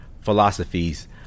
philosophies